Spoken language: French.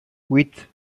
huit